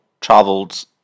Travels